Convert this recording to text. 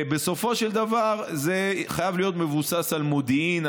בסופו של דבר זה חייב להיות מבוסס על מודיעין,